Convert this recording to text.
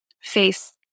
face